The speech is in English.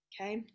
Okay